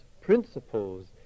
principles